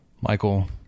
Michael